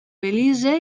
belize